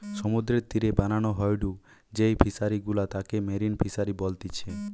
সমুদ্রের তীরে বানানো হয়ঢু যেই ফিশারি গুলা তাকে মেরিন ফিসারী বলতিচ্ছে